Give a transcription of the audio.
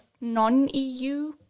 non-EU